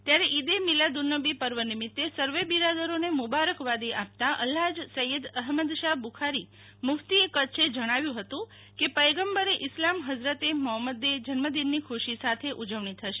ત્યારે ઈદે મિલાદુન્નબી પુર્વ નિમિતે સર્વે બિરાદરોને મુબારકવાદી આપતા અલ્હાજ સૈયદ અહમદશા બુખારી મુ ફતી એ કચ્છ એ જણાવ્યુ ફતું કે પચંગબરે ઈસ્લામ ફઝરતે મોફમ્મદે જન્મદિનની ખુશી સાથે ઉજવણી થશે